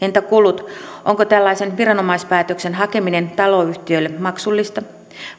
entä kulut onko tällaisen viranomaispäätöksen hakeminen taloyhtiöille maksullista